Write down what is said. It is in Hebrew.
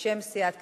בשם סיעת קדימה.